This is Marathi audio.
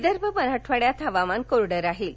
विदर्भ मराठवाड्यात हवामान कोरडं राहील